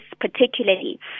particularly